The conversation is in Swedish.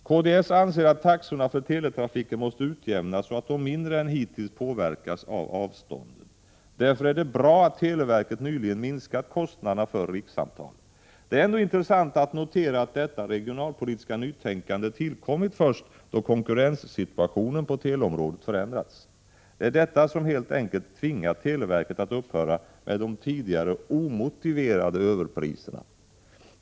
Kds anser att taxorna för teletrafiken måste utjämnas så att de mindre än hittills påverkas av avstånden. Därför är det bra att televerket nyligen minskat kostnaderna för rikssamtal. Det är ändå intressant att notera att detta regionalpolitiska nytänkande tillkommit först då konkurrenssituationen på teleområdet förändrats. Det är detta som helt enkelt tvingat televerket att upphöra med de tidigare omotiverade överpriserna.